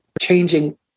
changing